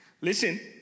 Listen